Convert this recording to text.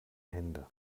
hände